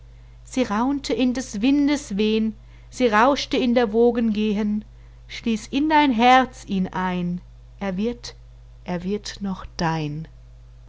sie raunte in des windes wehen sie rauschte in der wogen gehen schließ in dein herz ihn ein er wird er wird noch dein